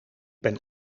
ben